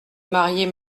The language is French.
marier